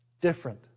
Different